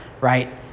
right